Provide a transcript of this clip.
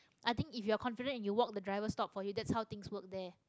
I think if you are confidence and you walk the driver stop for you that's how things work there